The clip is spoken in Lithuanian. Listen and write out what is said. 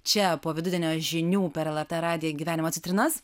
čia po vidudienio žinių per lrt radiją gyvenimo citrinas